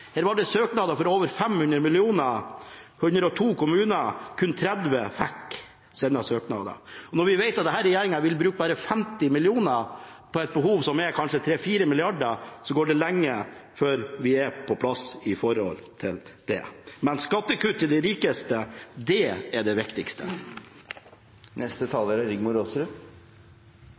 Her var det søknader på over 500 mill. kr fra 102 kommuner. Kun 30 fikk innfridd sine søknader. Når vi vet at denne regjeringen vil bruke bare 50 mill. kr på et behov som er på kanskje 3–4 mrd. kr, går det lang tid før det er på plass. Skattekutt til de rikeste – det er det viktigste.